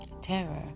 Terror